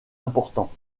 important